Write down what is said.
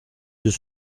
deux